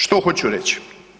Što hoću reći?